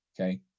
Okay